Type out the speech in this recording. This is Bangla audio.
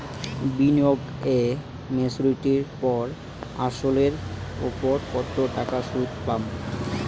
বিনিয়োগ এ মেচুরিটির পর আসল এর উপর কতো টাকা সুদ পাম?